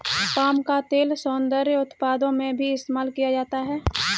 palm का तेल सौन्दर्य उत्पादों में भी इस्तेमाल किया जाता है